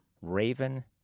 Raven